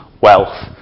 wealth